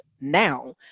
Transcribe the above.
now